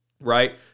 Right